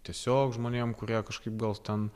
tiesiog žmonėm kurie kažkaip gal ten